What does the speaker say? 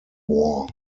war